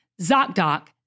ZocDoc